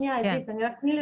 שנייה עידית תני לי רק לסיים.